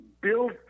build